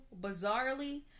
Bizarrely